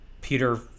Peter